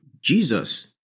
Jesus